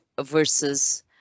versus